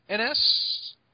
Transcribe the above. NS